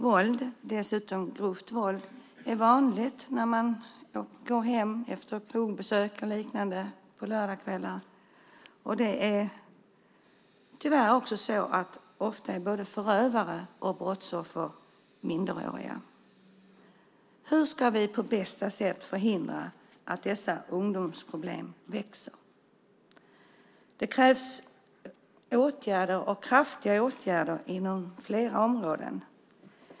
Våld och grovt våld är vanligt när man går hem efter krogbesök och liknande på lördagskvällar, och tyvärr är ofta både förövare och brottsoffer minderåriga. Hur ska vi på bästa sätt förhindra att dessa ungdomsproblem växer? Det krävs kraftfulla åtgärder inom flera områden.